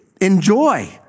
enjoy